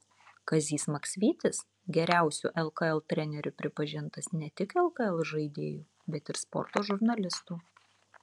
kazys maksvytis geriausiu lkl treneriu pripažintas ne tik lkl žaidėjų bet ir sporto žurnalistų